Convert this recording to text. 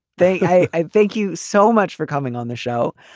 they i thank you so much for coming on the show.